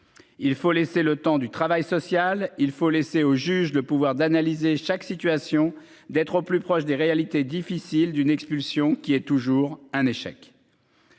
Il faut laisser le temps du travail social. Il faut laisser au juge le pouvoir d'analyser chaque situation d'être au plus proche des réalités difficiles d'une expulsion qui est toujours un échec.